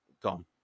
gone